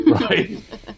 right